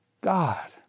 God